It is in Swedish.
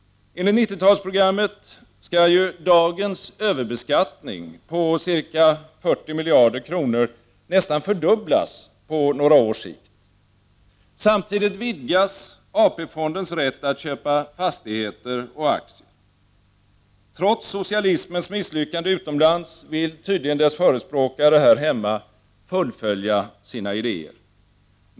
Enligt 90-talsprogrammet skall ju dagens överbeskattning på ca 40 miljarder kronor nästan fördubblas på några års sikt. Samtidigt vidgas AP-fondens rätt att köpa fastigheter och aktier. Trots socialismens misslyckande utomlands vill tydligen dess förespråkare här hemma fullfölja sina idéer.